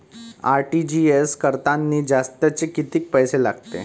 RTGS करतांनी जास्तचे कितीक पैसे लागते?